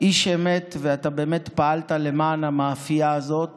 איש אמת, ואתה באמת פעלת למען המאפייה הזאת